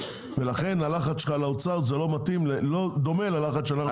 ולכן הלחץ שלך על האוצר זה לא דומה ללחץ שלנו.